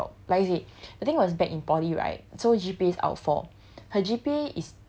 like I heard it drop like you see the thing was back in poly right so G_P_A is out of four